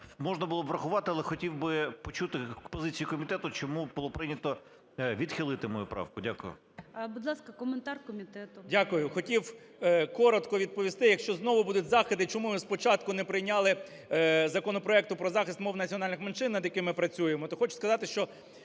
можна було б врахувати. Але хотів би почути позицію комітету, чому було прийнято відхилити мою правку? Дякую. ГОЛОВУЮЧИЙ. Будь ласка, коментар комітету. 13:23:20 КНЯЖИЦЬКИЙ М.Л. Дякую. Хотів коротко відповісти. Якщо знову будуть закиди, чому ми спочатку не сприйняли законопроект про захист мов національних меншин, над яким ми працюємо, то хочу сказати, що